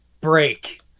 break